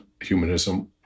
humanism